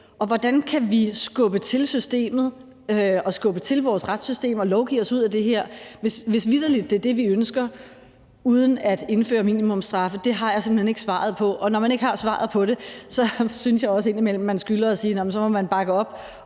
hvordan vi kan skubbe til systemet og skubbe til vores retssystem og lovgive os ud af det her, hvis det vitterlig er det, vi ønsker, uden at indføre minimumsstraffe, har jeg simpelt hen ikke svaret på. Og når man ikke har svaret på det, synes jeg også, at man indimellem skylder at sige, at så må man bakke op